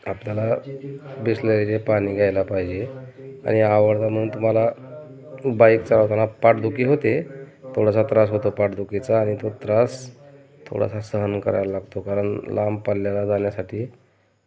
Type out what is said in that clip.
आपल्याला बिसलेरीचे पाणी घ्यायला पाहिजे आणि आवडता म्हणून तुम्हाला बाईक चालवताना पाठदुखी होते थोडासा त्रास होतो पाठदुखीचा आणि तो त्रास थोडासा सहन करायला लागतो कारण लांब पल्ल्याला जाण्यासाठी